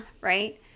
right